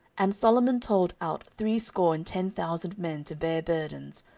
and solomon told out threescore and ten thousand men to bear burdens,